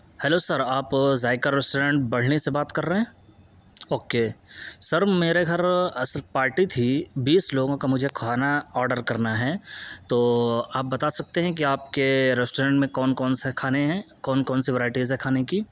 hello sir آپ Zaiqa restaurant بڑھنی سے بات کر رہے ہیں اوکے سر میرے گھر اصل پارٹی تھی بیس لوگوں کا مجھے کھانا آرڈر کرنا ہے تو آپ بتا سکتے ہیں کہ آپ کے ریسٹورنٹ میں کون کون سے کھانے ہیں کون کون سی ورائٹیز ہے کھانے کی